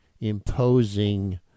imposing